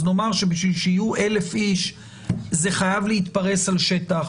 אז נאמר שבשביל שיהיו 1,000 איש זה חייב להתפרס על שטח,